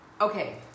Okay